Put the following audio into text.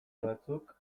batzuk